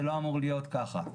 זה לא אמור להיות ככה.